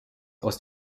aus